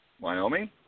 Wyoming